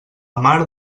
mar